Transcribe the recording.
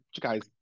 guys –